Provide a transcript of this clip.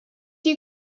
you